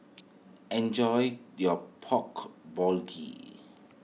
enjoy your Pork